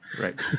right